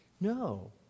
No